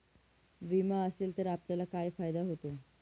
विमा असेल तर आपल्याला काय फायदा होतो?